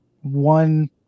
one